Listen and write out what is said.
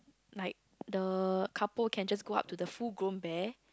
like the couple can just go up to the full groom bear